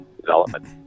development